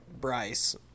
Bryce